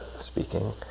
speaking